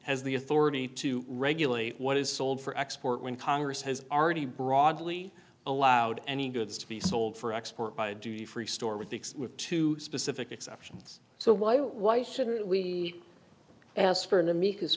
has the authority to regulate what is sold for export when congress has already broadly allowed any goods to be sold for export by a duty free store with two specific exceptions so why why shouldn't we asked for an amicus